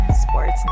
sports